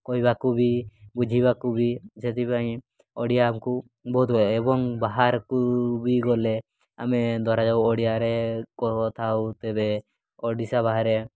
କହିବାକୁ ବି ବୁଝିବାକୁ ବି ସେଥିପାଇଁ ଓଡ଼ିଆ ଆମକୁ ବହୁତ ହୁଏ ଏବଂ ବାହାରକୁ ବି ଗଲେ ଆମେ ଧରାଯାଉ ଓଡ଼ିଆରେ କହୁଥାଉ ତେବେ ଓଡ଼ିଶା ବାହାରେ